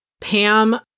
Pam